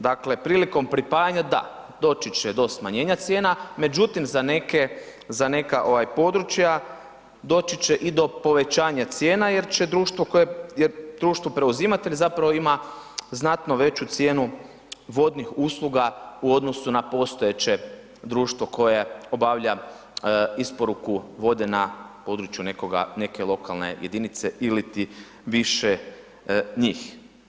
Dakle, prilikom pripajanja da, doći će do smanjenja cijena međutim za neke, za neka ovaj područja doći će i do povećanja cijena jer će društvo koje je društvo preuzimatelj zapravo ima znatno veću cijenu vodnih usluga u odnosu na postojeće društvo koje obavlja isporuku vode na području neke lokalne jedinice ili ti više njih.